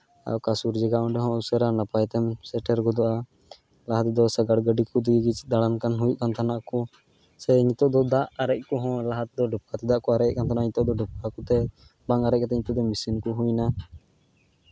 ᱟᱨ ᱚᱠᱟ ᱥᱩᱨ ᱡᱟᱭᱜᱟ ᱚᱸᱰᱮ ᱦᱚᱸ ᱩᱥᱟᱹᱨᱟ ᱱᱟᱯᱟᱭᱛᱮᱢ ᱥᱮᱴᱮᱨ ᱜᱚᱫᱚᱜᱼᱟ ᱞᱟᱦᱟ ᱛᱮᱫᱚ ᱥᱟᱸᱜᱟᱲ ᱜᱟᱹᱰᱤ ᱠᱚ ᱛᱮᱜᱮ ᱫᱟᱬᱟᱜ ᱠᱟᱱ ᱦᱳᱭᱳᱜ ᱠᱟᱱ ᱛᱟᱦᱮᱱᱟᱠᱚ ᱥᱮ ᱱᱤᱛᱳᱜ ᱫᱚ ᱫᱟᱜ ᱟᱨᱮᱡ ᱠᱚ ᱦᱚᱸ ᱞᱟᱦᱟ ᱛᱮᱫᱚ ᱰᱚᱠᱠᱟ ᱛᱮ ᱫᱟᱜ ᱠᱚ ᱟᱨᱮᱡᱜ ᱠᱟᱱ ᱛᱟᱦᱮᱱᱟᱠᱚ ᱱᱤᱛᱚᱜ ᱫᱚ ᱰᱚᱠᱠᱟ ᱠᱚᱛᱮ ᱵᱟᱝ ᱟᱨᱮᱡ ᱠᱟᱛᱮ ᱢᱮᱹᱥᱤᱱ ᱠᱚ ᱦᱩᱭ ᱮᱱᱟ